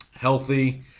healthy